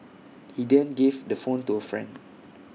he then gave the phone to A friend